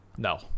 No